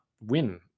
win